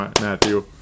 Matthew